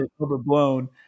overblown